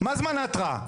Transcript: מה זמן ההתרעה?